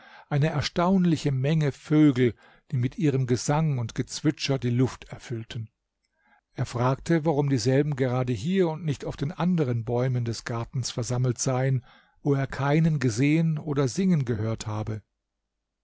eine erstaunliche menge vögel die mit ihrem gesang und gezwitscher die luft erfüllten er fragte warum dieselben gerade hier und nicht auf den anderen bäumen des gartens versammelt seien wo er keinen gesehen oder singen gehört habe